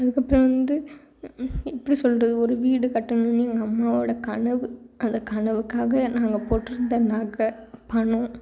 அதுக்கப்புறம் வந்து எப்படி சொல்கிறது ஒரு வீடு கட்டணும்னு எங்கள் அம்மாவோட கனவு அந்த கனவுக்காக நாங்கள் போட்டிருந்த நகை பணம்